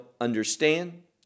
understand